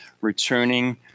returning